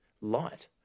light